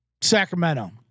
Sacramento